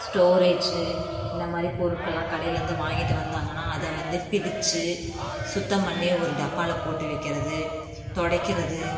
storage இந்தமாதிரி பொருட்கள்லாம் கடையிலேருந்து வாங்கிட்டு வந்தாங்கனால் அதை வந்து பிரித்து சுத்தம் பண்ணி ஒரு டப்பாவில் போட்டு வைக்கிறது துடைக்கிறது